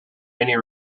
many